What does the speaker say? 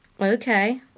Okay